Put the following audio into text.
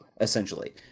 essentially